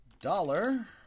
dollar